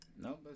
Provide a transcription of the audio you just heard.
no